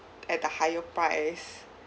at a higher price